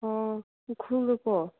ꯑꯥ ꯎꯈ꯭ꯔꯨꯜꯗꯀꯣ